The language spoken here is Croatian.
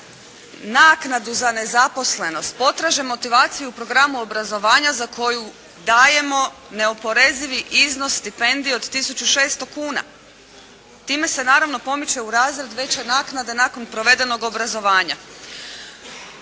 naknadu za nezaposlenost potraže motivaciju u programu obrazovanja za koju dajemo neoporezivi iznos stipendije od 1.600,00 kuna. Time se naravno pomiče u razred veće naknade nakon provedenog obrazovanja.